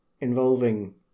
involving